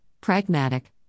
Pragmatic